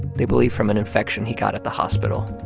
they believe from an infection he got at the hospital